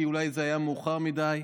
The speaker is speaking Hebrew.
כי אולי זה היה מאוחר מדי.